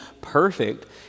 perfect